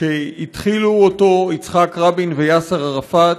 שהתחילו יצחק רבין ויאסר ערפאת,